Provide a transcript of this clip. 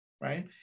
right